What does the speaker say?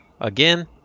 again